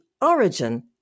origin